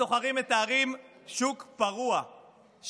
השוכרים מתארים שוק פרוע,